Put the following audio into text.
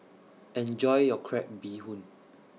Enjoy your Crab Bee Hoon